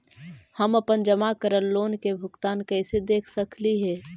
हम अपन जमा करल लोन के भुगतान कैसे देख सकली हे?